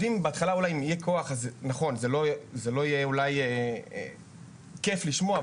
זה לא יהיה אולי כיף לשמוע,